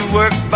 work